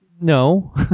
No